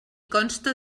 consta